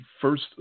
first